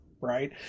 Right